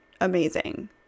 amazing